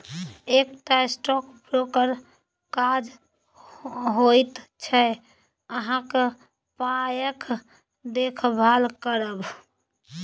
एकटा स्टॉक ब्रोकरक काज होइत छै अहाँक पायक देखभाल करब